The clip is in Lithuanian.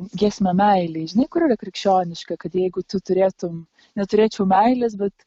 giesmę meilei žinai kur yra krikščioniška kad jeigu tu turėtum neturėčiau meilės bet